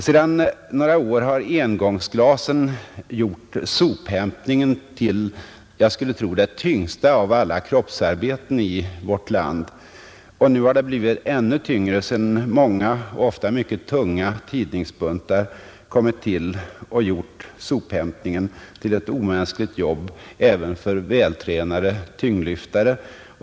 Sedan några år har engångsglasen gjort sophämtningen till, skulle jag tro, det tyngsta av alla kroppsarbeten i vårt land. Och nu har det blivit ännu tyngre sedan många och ofta mycket tunga tidningsbuntar kommit till och gjort sophämtningen till ett omänskligt jobb även för vältränade tyngdlyftare.